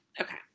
okay